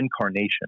incarnation